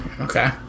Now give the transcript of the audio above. okay